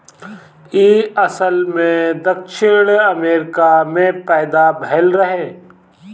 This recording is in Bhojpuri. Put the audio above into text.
इ असल में दक्षिण अमेरिका में पैदा भइल रहे